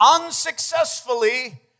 unsuccessfully